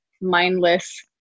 mindless